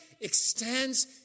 extends